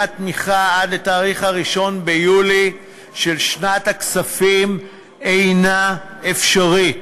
התמיכה עד לתאריך 1 ביולי של שנת הכספים אינה אפשרית